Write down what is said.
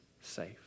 safe